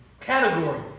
category